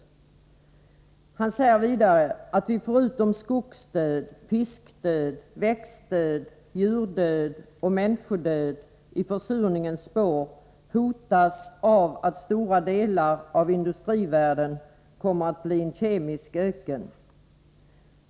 Han säger vidare att vi förutom skogsdöd, fiskdöd, växtdöd, djurdöd och människodöd i försurningens spår hotas av att stora delar av industrivärlden kommer att bli en kemisk öken.